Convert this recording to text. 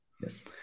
Yes